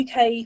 UK